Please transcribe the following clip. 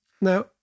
Now